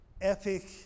epic